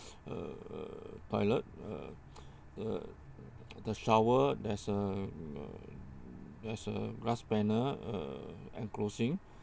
uh uh toilet uh uh the shower there's a there's a glass panel uh enclosing